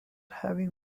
having